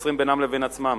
מתמסרים בינם לבין עצמם.